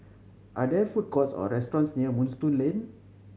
are there food courts or restaurants near Moonstone Lane